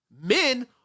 men